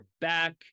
back